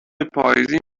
پاییزی